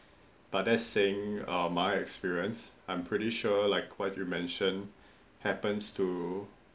but that's saying uh my experience I am pretty sure like what we mentioned happens to